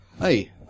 Hey